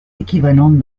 équivalentes